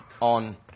on